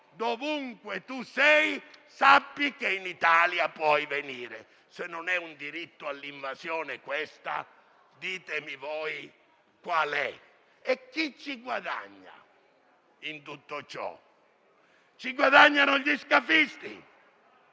dovunque tu sia, sappi che in Italia puoi venire. Se non è un diritto all'invasione questo, ditemi voi cos'è. Chi ci guadagna in tutto ciò? Gli scafisti